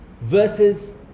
versus